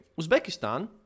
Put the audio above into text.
Uzbekistan